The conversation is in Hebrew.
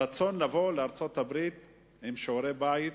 הרצון לבוא לארצות-הברית עם שיעורי-בית,